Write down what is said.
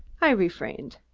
i refrained.